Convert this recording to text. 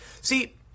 See